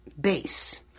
base